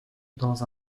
dans